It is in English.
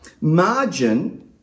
margin